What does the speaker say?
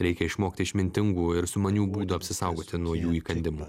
reikia išmokti išmintingų ir sumanių būdų apsisaugoti nuo jų įkandimų